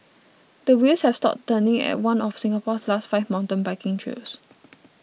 the wheels have stopped turning at one of Singapore's last five mountain biking trails